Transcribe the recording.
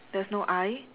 there is no eye